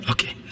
Okay